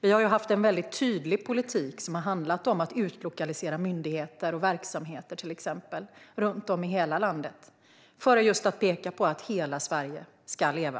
Vi har haft en väldigt tydlig politik som har handlat om att utlokalisera myndigheter och verksamheter, till exempel, i hela landet för att just peka på att hela Sverige ska leva.